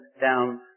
down